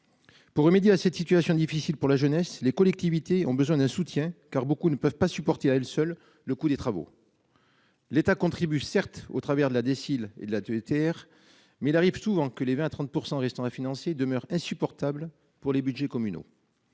Pour remédier à cette situation difficile pour la jeunesse, les collectivités ont besoin d'un soutien car beaucoup ne peuvent pas supporter à elle seule le coût des travaux. L'État contribue certes au travers de la décile et de l'adultère. Mais il arrive souvent que les 20 à 30% restants à financier demeure insupportables pour les Budgets communaux.